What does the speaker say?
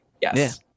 Yes